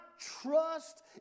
trust